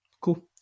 Cool